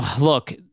look